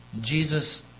Jesus